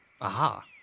Aha